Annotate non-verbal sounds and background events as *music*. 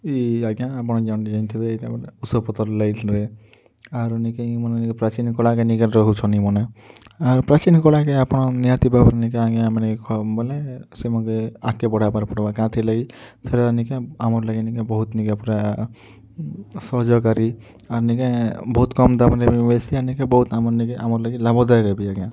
ଇ ଆଜ୍ଞା ଆପନ୍ *unintelligible* ଉଷୋ ପତର୍ ଲାଗି ଆରୁ ନିକେ ଇ ମାନେ ପ୍ରାଚୀନ୍ କଳାକେ ନେଇକରି ରହୁଛନ୍ ଇମାନେ ଆର୍ ପ୍ରାଚୀନ୍ କଳାକେ ଆପଣ ନିହାତି ଭାବରେ ନିକେ ଆଜ୍ଞା ମାନେ ବଲେ ସେମାନକେ ଆଗକେ ବଢ଼ାବାରକେ ପଡ଼ବା କାଇଁଥିର୍ ଲାଗି ସେଟା ନିକେ ଆମର୍ ଲାଗି ନିକେ ବହୁତ୍ ନିକେ ପୁରା ସହଯୋଗକାରୀ ଆର୍ ନିକେ ବହୁତ୍ କମ୍ ଦାମ୍ରେ ବି ମିଲସି ଆଉ ନିକେ ବହୁତ୍ ଆମର୍ ଲାଗି ଲାଭଦାୟକ୍ ବି ଆଜ୍ଞା